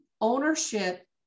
Ownership